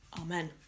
Amen